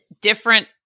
different